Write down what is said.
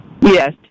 Yes